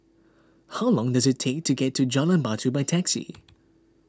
how long does it take to get to Jalan Batu by taxi